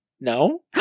No